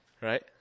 right